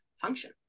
function